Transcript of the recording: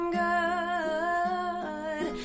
good